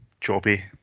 choppy